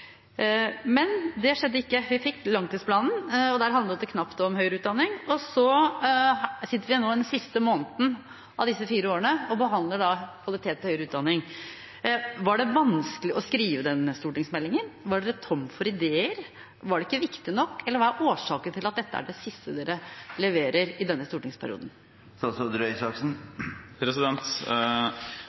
Men det skjedde ikke. Vi fikk langtidsplanen, og der handlet det knapt om høyere utdanning. Så sitter vi nå i den siste måneden av disse fire årene og behandler kvalitet i høyere utdanning. Var det vanskelig å skrive denne stortingsmeldingen? Var man tom for ideer? Var det ikke viktig nok, eller hva er årsaken til at dette er det siste man leverer i denne